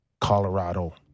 Colorado